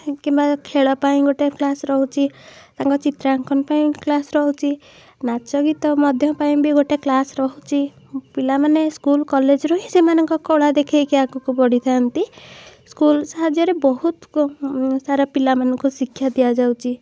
କିମ୍ବା ଖେଳ ପାଇଁ ଗୋଟେ କ୍ଲାସ୍ ରହୁଛି ତାଙ୍କ ଚିତ୍ରାଙ୍କନ ପାଇଁ କ୍ଲାସ୍ ରହୁଛି ନାଚଗୀତ ପାଇଁ ବି ଗୋଟେ କ୍ଲାସ୍ ରହୁଛି ପିଲାମାନେ ସ୍କୁଲ୍ କଲେଜରୁ ହିଁ ସେମାନଙ୍କ କଳା ଦେଖେଇକି ଆଗକୁ ବଢ଼ିଥାନ୍ତି ସ୍କୁଲ୍ ସାହାଯ୍ୟରେ ବହୁତ ସାରା ପିଲାମାନଙ୍କୁ ଶିକ୍ଷା ଦିଆଯାଉଛି